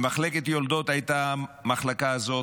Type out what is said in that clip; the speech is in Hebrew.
במחלקת יולדות הייתה המחלקה הזאת,